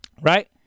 right